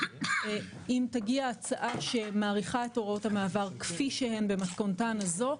אם תגיע הצעה שמאריכה את הוראות המעבר כפי שהן במתכונתן זו,